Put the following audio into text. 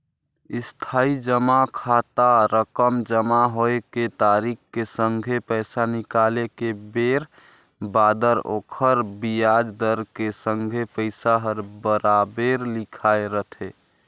इस्थाई जमा खाता रकम जमा होए के तारिख के संघे पैसा निकाले के बेर बादर ओखर बियाज दर के संघे पइसा हर बराबेर लिखाए रथें